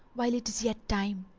while it is yet time.